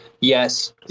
Yes